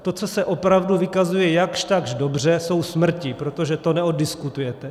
To, co se opravdu vykazuje jakžtakž dobře, jsou smrti, protože to neoddiskutujete.